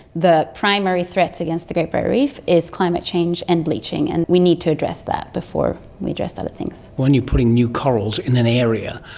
the primary threats against the great barrier reef is climate change and bleaching and we need to address that before we address other things. when you're putting new corals in an area,